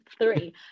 three